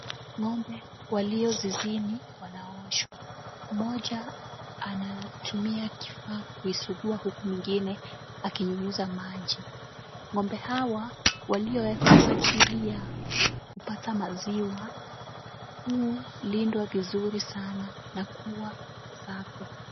Ng'ombe waliozizini wanaoshwa. Mmoja anatumia kifaa kusugua huku mwingine akinyunyuza maji. Ng'ombe hawa waliowekwa kwa ajili ya kupata maziwa hulindwa vizuri sana na kua safi.